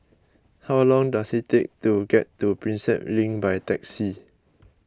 how long does it take to get to Prinsep Link by taxi